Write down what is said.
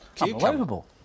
Unbelievable